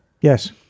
Yes